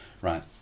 right